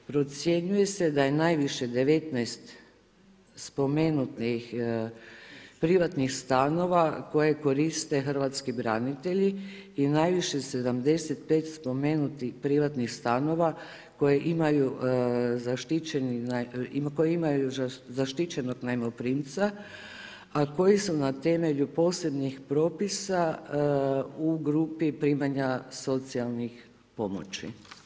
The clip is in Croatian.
Procjenjuje se da je najviše 19 spomenutih privatnih stanova koje koriste hrvatski branitelji i najviše 75 spomenutih privatnih stanova koji imaju zaštićenog zajmoprimca, a koji su na temelju posebnih propisa u grupi primanja socijalnih pomoći.